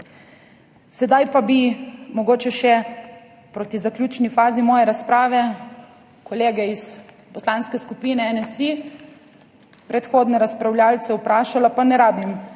Sedaj pa bi mogoče proti zaključni fazi svoje razprave še kolege iz Poslanske skupine NSi, predhodne razpravljavce vprašala, pa ne rabim